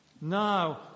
Now